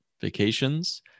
vacations